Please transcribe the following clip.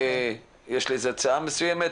יש לי הצעה מסוימת.